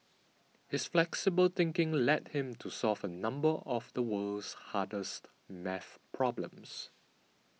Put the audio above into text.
his flexible thinking led him to solve a number of the world's hardest math problems